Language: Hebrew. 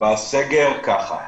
בסגר ככה,